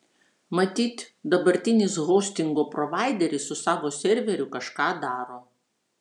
matyt dabartinis hostingo provaideris su savo serveriu kažką daro